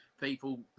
people